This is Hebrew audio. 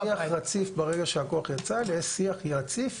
יש שיח רציף ברגע שהכוח יצא אליה, יש שיח רציף